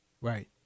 Right